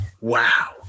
Wow